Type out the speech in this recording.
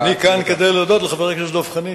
אני כאן כדי להודות לחבר הכנסת דב חנין